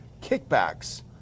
kickbacks